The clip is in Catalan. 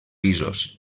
pisos